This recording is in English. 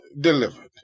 delivered